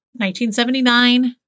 1979